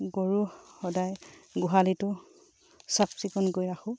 গৰুৰ সদায় গোহালিটো চাফ চিকুণ কৰি ৰাখোঁ